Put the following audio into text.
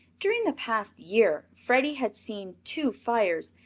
during the past year freddie had seen two fires,